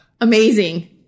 Amazing